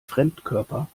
fremdkörper